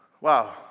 wow